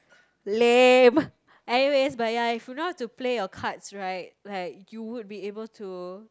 lame anyways but ya if you know how to play your cards right like you would be able to